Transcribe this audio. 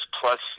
plus